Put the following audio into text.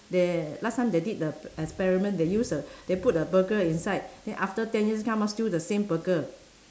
there last time they did the experiment they use a they put a burger inside then after ten years come out still the same burger